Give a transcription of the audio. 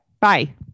Bye